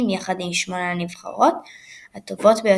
האפשרות של תיקו בשלב הבתים על ידי הכרעת